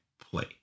play